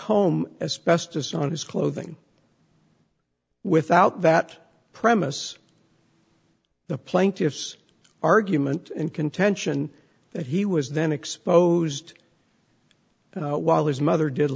home as best as on his clothing without that premise the plaintiff's argument and contention that he was then exposed while his mother did